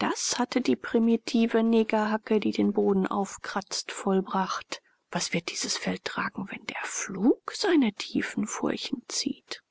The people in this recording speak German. das hatte die primitive negerhacke die den boden aufkratzt vollbracht was wird dieses feld tragen wenn der pflug seine tiefen furchen zieht